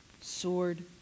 sword